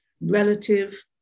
relative